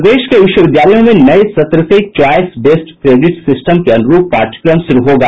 प्रदेश के विश्वविद्यालयों में नये सत्र से च्वाइस बेस्ड क्रेडिट सिस्टम के अन्रूप पाठ्यक्रम शुरू होगा